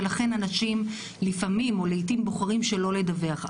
ולכן, אנשים לפעמים בוחרים שלא לדווח.